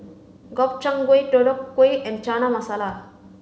Gobchang Gui Deodeok Gui and Chana Masala